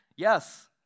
Yes